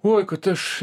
oi kad aš